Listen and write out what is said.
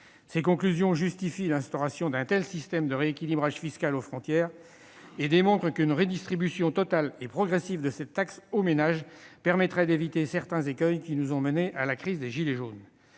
Ces conclusions justifient l'instauration d'un système de rééquilibrage fiscal aux frontières et démontrent qu'une redistribution totale et progressive du produit de cette taxe aux ménages permettrait d'éviter certains des écueils ayant conduit à la crise des « gilets jaunes